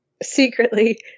secretly